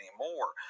anymore